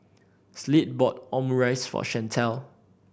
Slade bought Omurice for Shantell